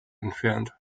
entfernt